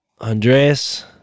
Andreas